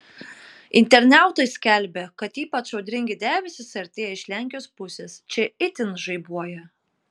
internautai skelbia kad ypač audringi debesys artėja iš lenkijos pusės čia itin žaibuoja